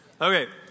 Okay